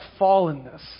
fallenness